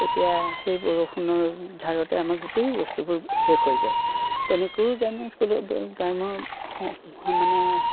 তেতিয়া সেই বৰষুণৰ ধাৰতে আমাৰ গোটেই বস্তুবোৰ শেষ হৈ যায় তেনেকৈও গ্ৰাম্য স মানে